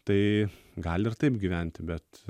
tai gali ir taip gyventi bet